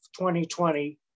2020